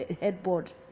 headboard